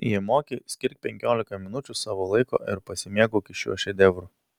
jei moki skirk penkiolika minučių savo laiko ir pasimėgauki šiuo šedevru